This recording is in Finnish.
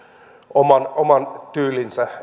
oman oman tyylinsä